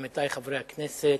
עמיתי חברי הכנסת,